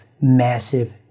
massive